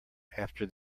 after